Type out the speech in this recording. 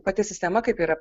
pati sistema kaip yra